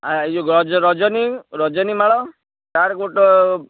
ଆଉ ଇଏ ରଜନୀ ରଜନୀ ମାଳ ତାର ଗୋଟ